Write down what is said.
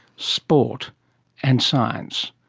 sport and science.